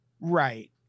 Right